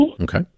Okay